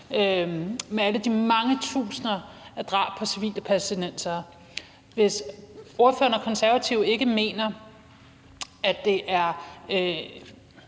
med alle de mange tusinde drab på civile palæstinensere, og hvis ordføreren og Konservative ikke mener, at det er